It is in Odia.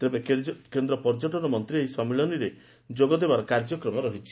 ତେବେ କେନ୍ଦ ପର୍ଯ୍ୟଟନ ମନ୍ତୀ ଏହି ସମ୍ମିଳନୀରେ ଯୋଗଦେବାର କାର୍ଯ୍ୟକ୍ରମ ରହିଛି